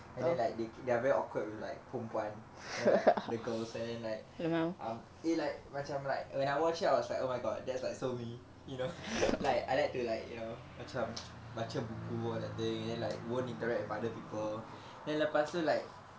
and then like they they are very awkward with like perempuan you know like the girls and then like eh like macam like when I watch it I was like oh my god that's like so me you know like I like to like you know uh macam baca buku all that thing and then like won't interact with other people then lepas tu like